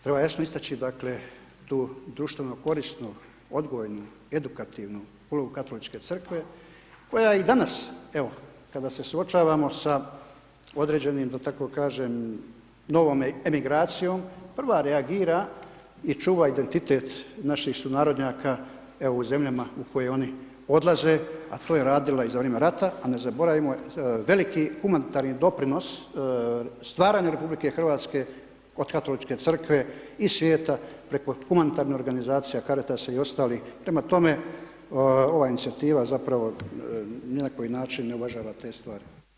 Treba jasno istači tu društveno korisnu, odgojnu, edukativnu ulogu Katoličke crkve, koja i danas, evo, kada se suočavamo sa određenim, da tako kažem, novom emigracijom, prva reagira i čuva identitet naših sunarodnjaka, evo u zemljama u koje oni odlaze, a to je radila i za vrijeme rata, a ne zaboravimo, veliki humanitarni doprinos stvaranja RH od Katoličke crkve i svijeta, prema humanitarnih organizacija, Caritasa i ostalih, prema tome ova inicijativa zapravo ni na koji način ne uvažava te stvari.